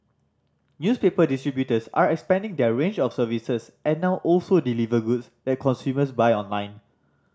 newspaper distributors are expanding their range of services and now also deliver goods that consumers buy online